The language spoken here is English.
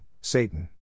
Satan